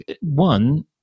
one